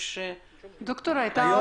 הייתה